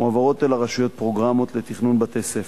מועברות אל הרשויות פרוגרמות לתכנון בתי-ספר.